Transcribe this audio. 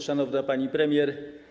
Szanowna Pani Premier!